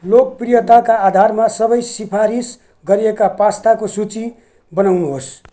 लोकप्रियताका आधारमा सबै सिफारिस गरिएका पास्ताको सूची बनाउनुहोस्